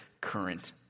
current